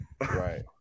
Right